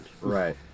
right